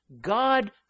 God